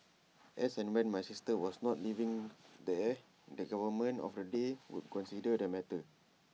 as and when my sister was not living there the government of the day would consider the matter